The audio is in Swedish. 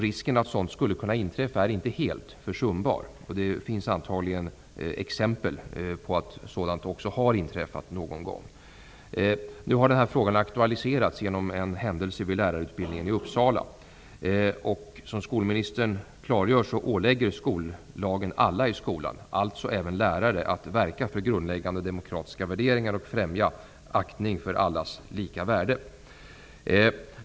Risken att sådant inträffar är inte helt försumbar. Det finns antagligen exempel på att sådant har inträffat någon gång. Frågan har aktualiserats genom en händelse vid lärarutbildningen i Uppsala. Som skolministern klargör ålägger skollagen alla i skolan, alltså även lärare, att verka för grundläggande demokratiska värderingar och för att främja aktningen för allas lika värde.